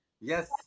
Yes